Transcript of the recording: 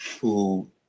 Who-